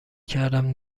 کردم